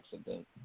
accident